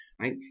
right